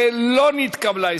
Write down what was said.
16 לא נתקבלה.